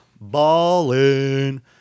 Ballin